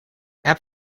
app